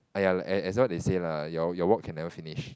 !aiya! like as what they say lah your your work can never finish